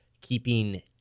keeping –